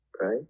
right